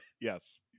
yes